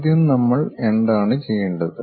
ആദ്യം നമ്മൾ എന്താണ് ചെയ്യേണ്ടത്